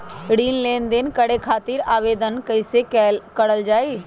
ऋण लेनदेन करे खातीर आवेदन कइसे करल जाई?